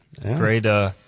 Great